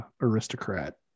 aristocrat